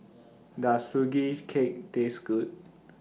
Does Sugee Cake Taste Good